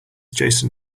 jason